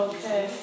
Okay